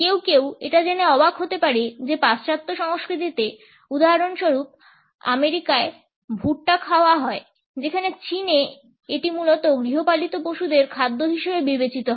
কেউ কেউ এটা জেনে অবাক হতে পারে যে পাশ্চাত্য সংস্কৃতিতে উদাহরণস্বরূপ আমেরিকায় ভুট্টা খাওয়া হয় যেখানে চীনে এটি মূলত গৃহপালিত পশুদের খাদ্য হিসাবে বিবেচিত হয়